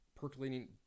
percolating